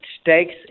stakes